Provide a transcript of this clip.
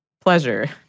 Pleasure